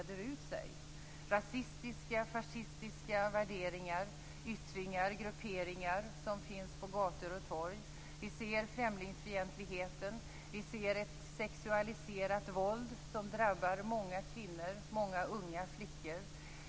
Det är rasistiska och fascistiska värderingar, yttringar och grupperingar som finns på gator och torg. Vi ser främlingsfientligheten. Vi ser ett sexualiserat våld som drabbar många kvinnor och många unga flickor.